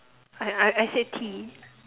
I I I said tea